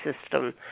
system